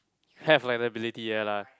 have like ability ya lah